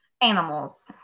Animals